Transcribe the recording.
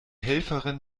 helferin